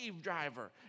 driver